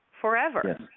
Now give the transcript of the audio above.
forever